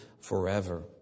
forever